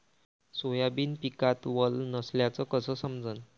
Soybean पिकात वल नसल्याचं कस समजन?